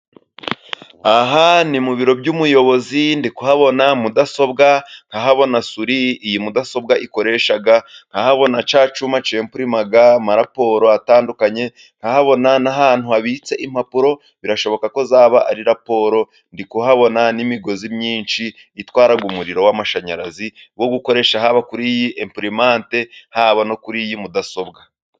Aha ni mu biro by'umuyobozi ndi kuhabona mudasobwa nka bona suri iyi mudasobwa ikoresha nkahabona na cya gikoresho bakoresha bari kwepurima amaraporo atandukanye, nkahabona n'ahantu harambitse impapuro birashoboka ko zaba ari raporo, ndikuhabona n'imigozi myinshi itwara umuriro w'amashanyarazi, wo gukoresha haba kuri epurimante haba no kuri iyi mudasobwa.